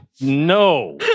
No